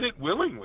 willingly